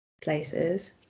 places